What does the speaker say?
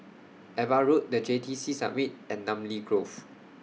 AVA Road The J T C Summit and Namly Grove